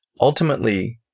Ultimately